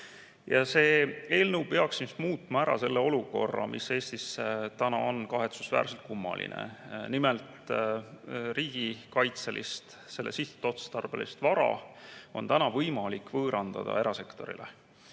See eelnõu peaks muutma ära selle olukorra, mis Eestis täna on kahetsusväärselt kummaline. Nimelt, riigikaitselist sihtotstarbelist vara on täna võimalik võõrandada erasektorile,